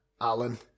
Alan